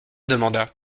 demanda